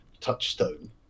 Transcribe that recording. touchstone